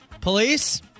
Police